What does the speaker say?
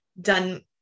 done